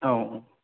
औ